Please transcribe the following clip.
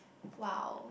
!wow!